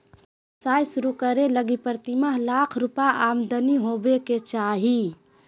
व्यवसाय शुरू करे लगी प्रतिमाह लाख रुपया आमदनी होबो के चाही